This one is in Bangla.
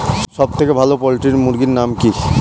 সবথেকে ভালো পোল্ট্রি মুরগির নাম কি?